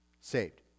saved